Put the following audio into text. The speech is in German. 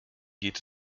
geht